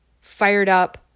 fired-up